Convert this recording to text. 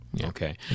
Okay